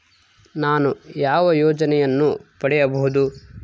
ನಾನು ಯಾವ ಯೋಜನೆಯನ್ನು ಪಡೆಯಬಹುದು?